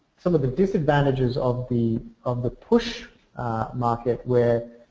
some of the disadvantages of the of the push market where,